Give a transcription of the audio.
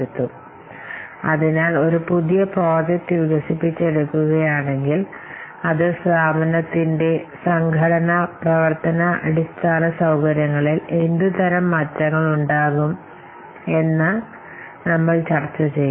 അതിനാൽ ഒരു മാറ്റം ഉണ്ടായാൽ എന്തുതരം മാറ്റങ്ങൾ സംഭവിക്കുമെന്ന് ഞങ്ങൾ ശ്രദ്ധിക്കേണ്ടതുണ്ട് പുതിയ പ്രോജക്റ്റ് വികസിപ്പിച്ചെടുക്കുകയാണെങ്കിൽ സംഘടനാ പ്രവർത്തന അടിസ്ഥാന സൌകര്യങ്ങളിൽ എന്തുതരം മാറ്റങ്ങൾ ഉണ്ടാകും അതിനാൽ നമ്മൾ ചർച്ച ചെയ്യണം